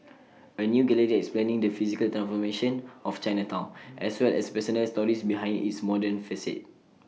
A new gallery explaining the physical transformation of Chinatown as well as personal stories behind its modern facade